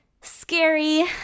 Scary